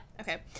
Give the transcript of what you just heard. okay